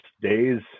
days